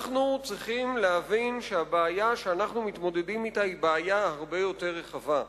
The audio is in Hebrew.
אנחנו צריכים להבין שהבעיה שאנחנו מתמודדים אתה היא הרבה יותר רחבה.